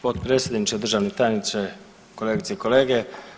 Potpredsjedniče, državni tajniče, kolegice i kolege.